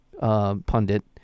pundit